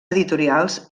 editorials